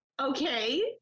Okay